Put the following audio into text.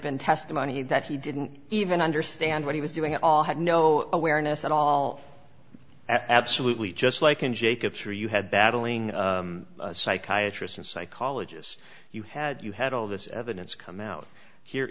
been testimony that he didn't even understand what he was doing at all had no awareness at all absolutely just like an jacobs who you had battling psychiatry and psychologist you had you had all this evidence come out here